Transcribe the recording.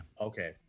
Okay